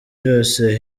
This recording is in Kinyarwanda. byose